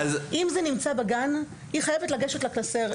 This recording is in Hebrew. אם זה נמצא בגן, היא חייבת לגשת לקלסר ולהראות.